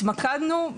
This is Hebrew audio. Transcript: התמקדנו,